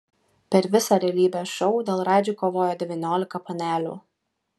per visą realybės šou dėl radži kovojo devyniolika panelių